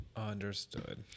understood